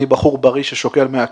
אני בחור בריא ששוקל 100 קילו.